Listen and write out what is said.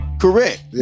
Correct